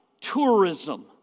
tourism